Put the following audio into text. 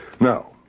Now